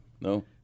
No